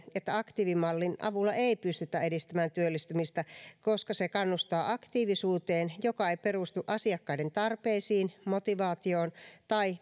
että aktiivimallin avulla ei pystytä edistämään työllistymistä koska se kannustaa aktiivisuuteen joka ei perustu asiakkaiden tarpeisiin motivaatioon tai